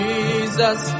Jesus